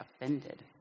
offended